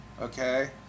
Okay